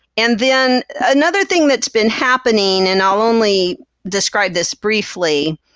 and then another thing that's been happening, and i'll only describe this briefly,